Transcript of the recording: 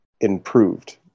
improved